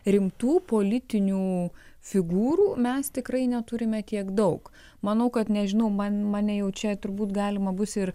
rimtų politinių figūrų mes tikrai neturime tiek daug manau kad nežinau man mane jau čia turbūt galima bus ir